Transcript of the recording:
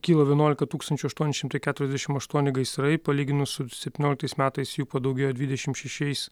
kilo vienuolika tūkstančių aštuoni šimtai keturiasdešim aštuoni gaisrai palyginus su septynioliktais metais jų padaugėjo dvidešim šešiais